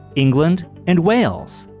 england, and wales.